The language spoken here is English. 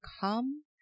come